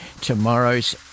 tomorrow's